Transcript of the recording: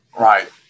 right